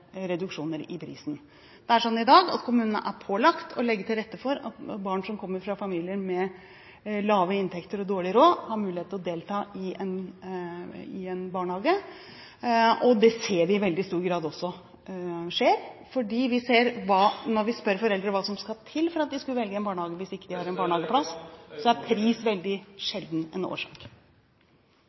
reduksjoner i prisen. Det er sånn i dag at kommunene er pålagt å legge til rette for at barn som kommer fra familier med lave inntekter og dårlig råd, har mulighet til å delta i en barnehage. Det ser vi i veldig stor grad også skjer, for når vi spør foreldre hva som skal til for at de skulle velge en barnehage hvis ikke … Apropos statistikken så viser statsråden til at halvparten av kommunene nå tilbyr barnehageplass på dagen. Nå er